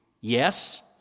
Yes